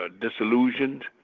disillusioned